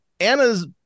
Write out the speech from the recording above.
Anna's